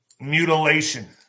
mutilation